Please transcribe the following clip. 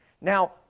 Now